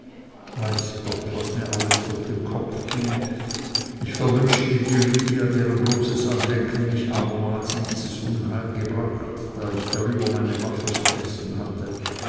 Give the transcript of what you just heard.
weiß gott was mir alles durch den kopf ging ich verwünschte die lydia deren bloßes andenken mich abermals in dieses unheil gebracht da ich darüber meine waffe vergessen hatte